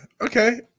okay